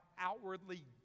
outwardly